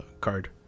card